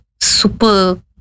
super